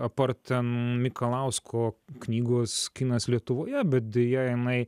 apart ten mikalausko knygos kinas lietuvoje bet deja jinai